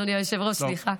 כן, אדוני היושב-ראש, סליחה.